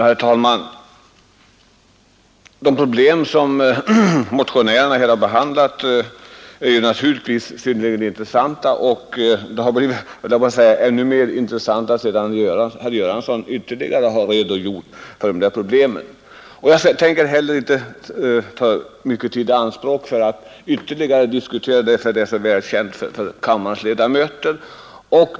Herr talman! De problem som motionärerna här har behandlat är synnerligen intressanta, och de har blivit ännu mer intressanta sedan herr Göransson redogjorde för dem. Jag tänker inte ta mycket tid i anspråk för att ytterligare diskutera ärendet, som är väl känt för kammarens ledamöter.